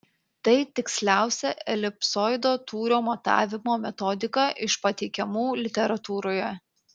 tai tiksliausia elipsoido tūrio matavimo metodika iš pateikiamų literatūroje